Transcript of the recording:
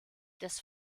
des